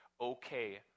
okay